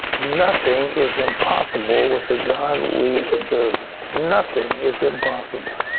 nothing is impossible with the god we serve. nothing is impossible.